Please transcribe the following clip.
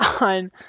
on